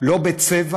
לא בצבע